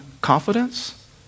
confidence